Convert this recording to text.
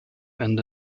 ende